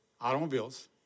automobiles